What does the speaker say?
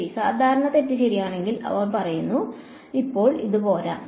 ശരി സാധാരണ തെറ്റ് ശരിയാണെന്ന് അവൾ പറയുന്നു ഇപ്പോൾ അതു പോരാ